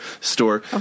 store